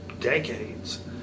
decades